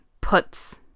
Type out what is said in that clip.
puts